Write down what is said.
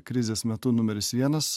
krizės metu numeris vienas